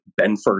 Benford